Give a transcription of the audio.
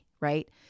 right